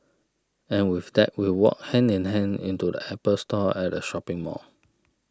and with that we walked hand in hand into the Apple Store at the shopping mall